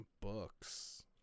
Books